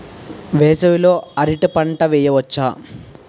వేసవి లో అరటి పంట వెయ్యొచ్చా?